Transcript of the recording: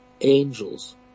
angels